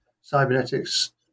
cybernetics